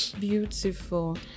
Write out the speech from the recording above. Beautiful